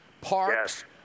parks